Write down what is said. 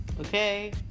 okay